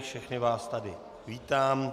Všechny vás tady vítám.